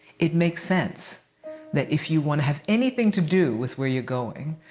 it makes sense that if you want to have anything to do with where you're going,